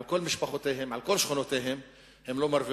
על כל משפחותיהם ועל כל שכונותיהם לא מרוויחים.